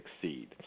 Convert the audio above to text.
succeed